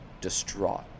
distraught